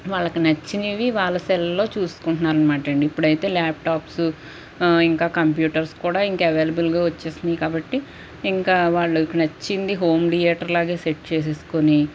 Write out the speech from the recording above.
వాళ్ళకి నచ్చినివి వాళ్ళ సెల్లో చూసుకుంటున్నారనమాటండి ఇప్పుడైతే ల్యాప్టాప్సు ఇంక కంప్యూటర్స్ కూడ ఇంకా అవైలబుల్గా వచ్చేసినియి కాబట్టి ఇంక వాళ్ళకి నచ్చింది హోమ్ థియేటర్లాగా సెట్ చేసేసుకుని